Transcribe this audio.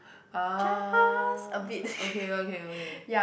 ah okay okay okay